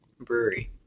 Brewery